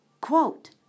quote